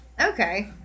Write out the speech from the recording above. Okay